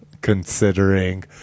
considering